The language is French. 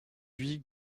huit